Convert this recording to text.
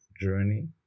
journey